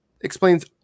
explains